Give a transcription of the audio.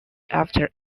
after